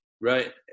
Right